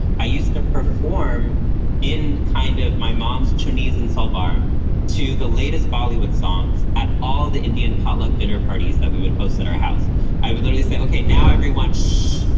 i used to perform in kind of my mom's chutneys and solbar to the latest bollywood songs at all the indian potluck dinner parties that we would host at our house. i would really say, ok, now everyone, shhh.